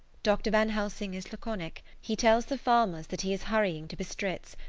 dr. van helsing is laconic he tells the farmers that he is hurrying to bistritz,